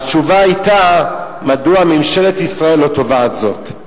התשובה היתה: מדוע ממשלת ישראל לא תובעת זאת?